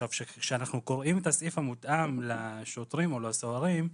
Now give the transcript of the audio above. כשאנחנו קוראים את הסעיף המותאם לשוטרים או לסוהרים,